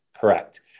Correct